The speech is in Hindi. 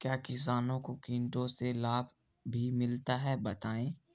क्या किसानों को कीटों से लाभ भी मिलता है बताएँ?